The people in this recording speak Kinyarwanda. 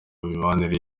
mibanire